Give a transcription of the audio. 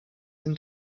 sind